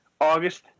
August